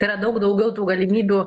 tai yra daug daugiau tų galimybių